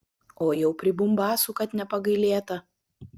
o jau pribumbasų kad nepagailėta